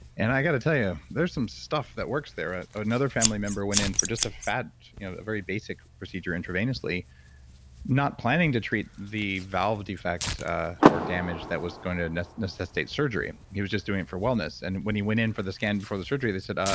and i got to tell you, there's some stuff that works there ah another family member went in for just a fat. a very basic procedure intravenously not planning to treat the valve defect or damage that was going to and necessitate surgery he was just doing it for wellness. and when he went in for the scan before the surgery they said,